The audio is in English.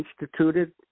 instituted